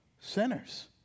sinners